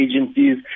agencies